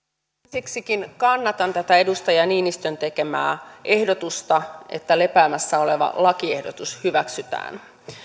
ensiksikin kannatan tätä edustaja niinistön tekemää ehdotusta että lepäämässä oleva lakiehdotus hyväksytään